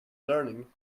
learning